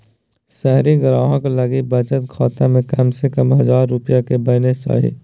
शहरी ग्राहक लगी बचत खाता में कम से कम हजार रुपया के बैलेंस चाही